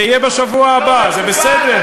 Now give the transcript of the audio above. זה יהיה בשבוע הבא, זה בסדר.